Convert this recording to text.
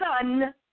Son